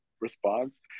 response